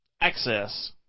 access